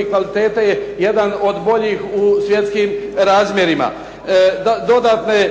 i kvalitete jedan od boljih u svjetskim razmjerima. Dodatne